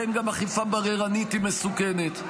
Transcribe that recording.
לכן גם אכיפה בררנית היא מסוכנת,